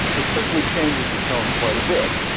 it certainly changes the tone quite a bit.